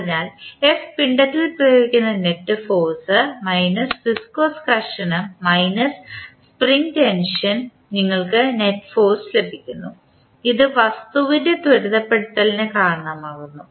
അതിനാൽ f പിണ്ഡത്തിൽ പ്രയോഗിക്കുന്ന നെറ്റ് ഫോഴ്സ് മൈനസ് വിസ്കോസ് ഘർഷണം മൈനസ് സ്പ്രിംഗ് ടെൻഷൻ നിങ്ങൾക്ക് നെറ്റ് ഫോഴ്സ് ലഭിക്കുന്നത് ഇത് വസ്തുവിൻറെ ത്വരിതപ്പെടുത്തലിന് കാരണമാകുന്നു